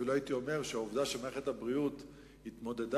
אפילו הייתי אומר שהעובדה שמערכת הבריאות התמודדה,